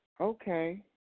okay